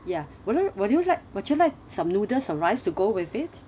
would you would you like would you like some noodles or rice to go with it